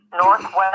Northwest